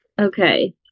Okay